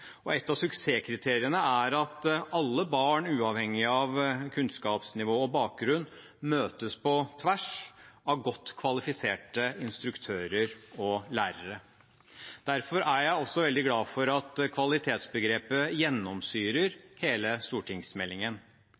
Et av suksesskriteriene er at alle barn, uavhengig av kunnskapsnivå og bakgrunn, møtes på tvers av godt kvalifiserte instruktører og lærere. Derfor er jeg veldig glad for at kvalitetsbegrepet gjennomsyrer hele stortingsmeldingen.